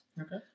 Okay